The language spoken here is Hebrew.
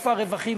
איפה היו הרווחים,